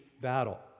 battle